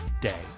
day